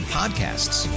podcasts